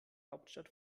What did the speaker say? hauptstadt